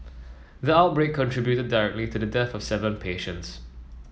the outbreak contributed directly to the death of seven patients